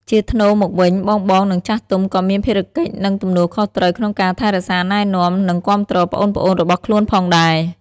ជាថ្នូរមកវិញ បងៗ និងចាស់ទុំ ក៏មានភារកិច្ច និងទំនួលខុសត្រូវក្នុងការថែរក្សា ណែនាំ និងគាំទ្រប្អូនៗរបស់ខ្លួនផងដែរ។